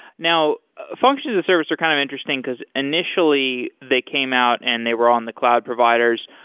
now function as a service are kind of interesting, because initially they came out and they were on the cloud providers.